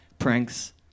pranks